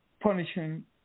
punishing